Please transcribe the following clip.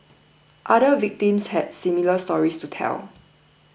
other victims had similar stories to tell